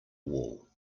wall